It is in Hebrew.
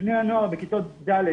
בני הנוער בכיתות ד',